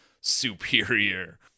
superior